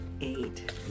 eight